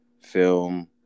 film